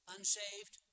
Unsaved